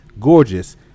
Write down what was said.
gorgeous